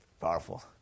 powerful